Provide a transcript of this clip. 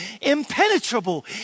impenetrable